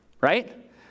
right